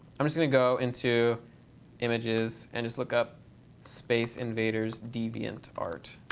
i'm just going to go into images and just look up space invaders deviant art.